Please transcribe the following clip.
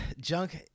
Junk